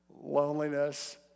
loneliness